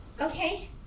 Okay